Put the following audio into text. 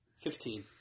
Fifteen